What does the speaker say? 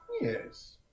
Yes